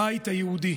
הבית היהודי.